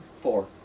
Four